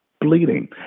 bleeding